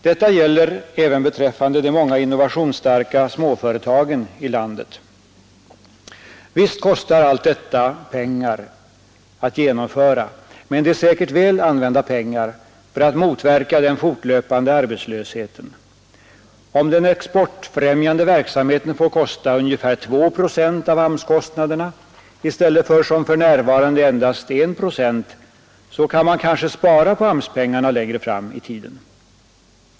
Detta gäller även beträffande de många innovationsstarka småföretagarna i landet. Visst kostar allt detta pengar att genomföra, men det är säkert väl använda pengar för att motverka den fortlöpande arbetslösheten. Om den exportfrämjande verksamheten får kosta ungefär 2 procent av AMS-kostnaderna i stället för som för närvarande endast I procent kan man kanske spara på AMS-pengarna längre fram i tiden.